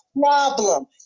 problem